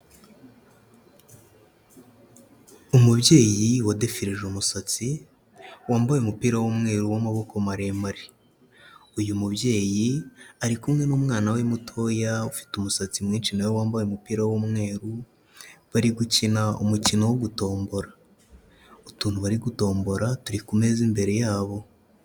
Umubyeyi wadefireje umusatsi wambaye umupira w'umweru w'amaboko maremare, uyu mubyeyi ari kumwe n'umwana we mutoya ufite umusatsi mwinshi na we wambaye umupira w'umweru bari gukina umukino wo gutombora, utuntu bari gutombora turi ku meza imbere yabo.